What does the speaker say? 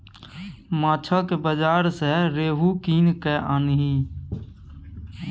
माछक बाजार सँ रोहू कीन कय आनिहे